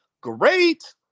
Great